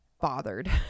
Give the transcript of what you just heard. bothered